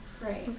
Right